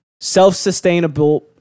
self-sustainable